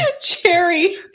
Cherry